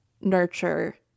nurture